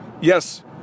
yes